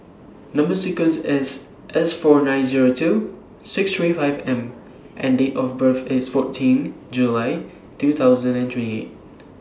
Number sequence IS S four nine Zero two six three five M and Date of birth IS fourteen July two thousand and twenty eight